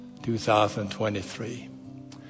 2023